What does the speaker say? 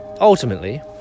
Ultimately